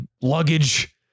luggage